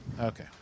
Okay